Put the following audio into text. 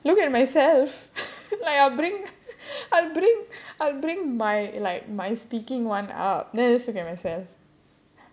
look at myself like I'll bring I'll bring I'll bring my like my speaking one up then just look at myself